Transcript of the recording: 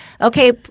Okay